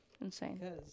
insane